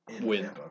win